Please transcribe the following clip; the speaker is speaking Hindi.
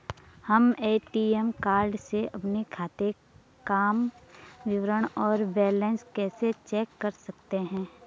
हम ए.टी.एम कार्ड से अपने खाते काम विवरण और बैलेंस कैसे चेक कर सकते हैं?